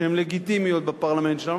שהן לגיטימיות בפרלמנט שלנו,